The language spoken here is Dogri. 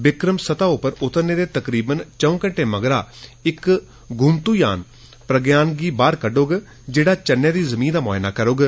विक्रम सतह उप्पर उतरने दे तकरीबन चौं धैंटे मगरा इक घ्मंतू यान प्रज्ञान गी बाह कड्डोग जेड़ा चन्नै दी जिमीं दा म्आयना करोग